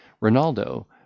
Rinaldo